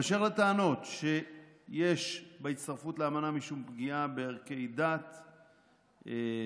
באשר לטענות שיש בהצטרפות לאמנה משום פגיעה בערכי דת וכדומה,